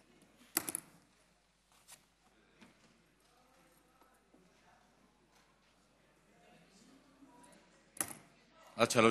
עד שלוש